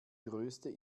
größte